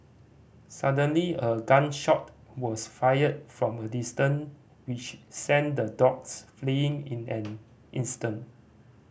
suddenly a gun shot was fired from a distance which sent the dogs fleeing in an instant